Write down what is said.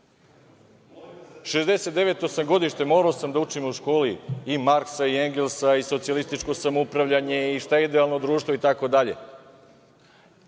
sam 1969. Morao sam da učim u školi i Marksa i Engelsa i socijalističko samoupravljanje i šta je idealno društvo itd, pa